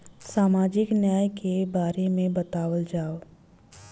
सामाजिक न्याय के बारे में बतावल जाव?